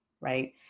right